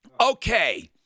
Okay